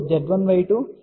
12 Z1Y 2Z1 2 Y2 2